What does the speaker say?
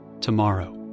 tomorrow